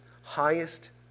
highest